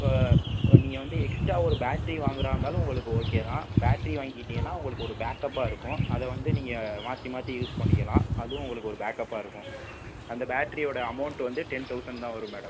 இப்போ நீங்கள் வந்து எக்ஸ்ட்ரா ஒரு பேட்டரி வாங்கறதா இருந்தாலும் உங்களுக்கு ஓகே தான் பேட்டரி வாங்கிட்டீங்கனா உங்களுக்கு ஒரு பேக்கப்பாக இருக்கும் அதை வந்து நீங்கள் மாற்றி மாற்றி யூஸ் பண்ணிக்கலாம் அதுவும் உங்களுக்கு ஒரு பேக்கப்பாக இருக்கும் அந்த பேட்டரியோட அமௌண்ட் வந்து டென் தௌசண்ட் தான் வரும் மேடம்